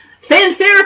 Fanfare